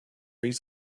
reads